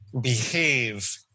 behave